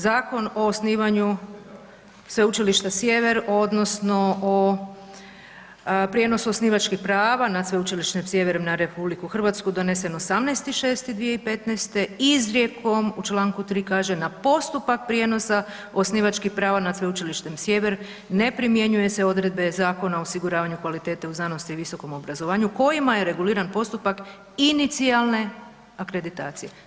Zakon o osnivanju Sveučilišta Sjever odnosno o prijenosu osnivačkih prava na Sveučilište Sjever na RH doneseno 18. 6. 2015. izrijekom u čl. 3. kaže na postupak prijenosa osnivačkih prava nad Sveučilištem Sjever ne primjenjuje se odredbe Zakona o osiguravanju kvalitete u znanosti i visokom obrazovanju kojima je reguliran postupak inicijalne akreditacije.